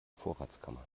vorratskammer